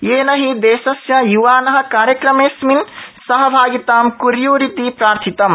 तेन हि देशस्य युवान कार्यक्रमेऽस्मिन् सहभागितां कुर्यीरति प्रार्थितम्